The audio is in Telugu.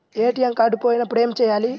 ఏ.టీ.ఎం కార్డు పోయినప్పుడు ఏమి చేయాలి?